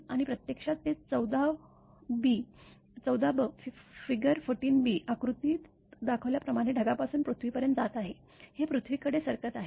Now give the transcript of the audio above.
आणि प्रत्यक्षात ते १४ ब आकृतीत दाखवल्याप्रमाणे ढगापासून पृथ्वीपर्यंत जात आहे हे पृथ्वीकडे सरकत आहे